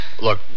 Look